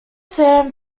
sam